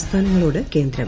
സംസ്ഥാനങ്ങളോട്ട് കേന്ദ്രം